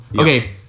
Okay